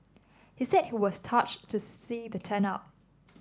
he said he was touched to see the turnout